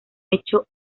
hecho